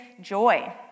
joy